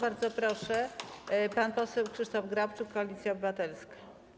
Bardzo proszę, pan poseł Krzysztof Grabczuk, Koalicja Obywatelska.